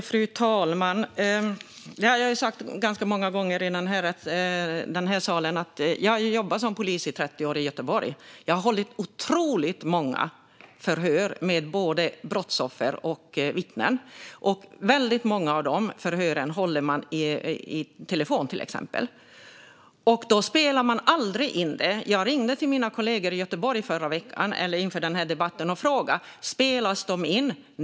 Fru talman! Jag har sagt ganska många gånger i den här salen att jag har jobbat som polis i Göteborg i 30 år. Jag har hållit otroligt många förhör med både brottsoffer och vittnen. Väldigt många av de förhören håller man exempelvis via telefon. Då spelar man aldrig in dem. Jag ringde till mina kollegor i Göteborg inför den här debatten och frågade: Spelas de in?